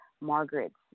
Margaret's